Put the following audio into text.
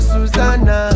Susanna